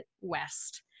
west